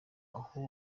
aho